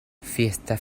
fiesta